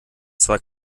zwar